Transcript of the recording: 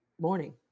morning